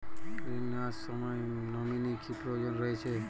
ঋণ নেওয়ার সময় নমিনি কি প্রয়োজন রয়েছে?